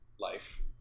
life